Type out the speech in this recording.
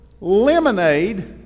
lemonade